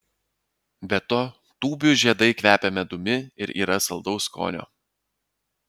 be to tūbių žiedai kvepia medumi ir yra saldaus skonio